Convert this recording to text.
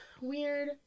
weird